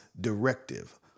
directive